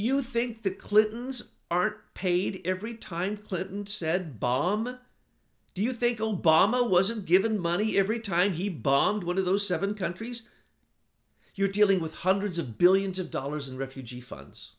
you think the clintons aren't paid every time clinton said bomb do you think obama wasn't given money every time he bombed one of those seven countries you're dealing with hundreds of billions of dollars in refugee funds